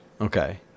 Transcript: okay